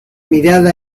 mirada